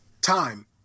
time